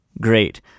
great